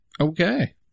Okay